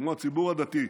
כמו הציבור הדתי.